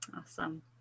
Awesome